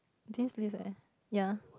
dean's list leh ya